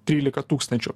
trylika tūkstančių